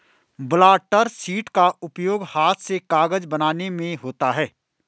blotter sheet का उपयोग हाथ से कागज बनाने में होता है